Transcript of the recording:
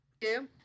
Two